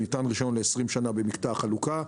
ניתן רישיון לעשרים שנה במקטע החלוקה,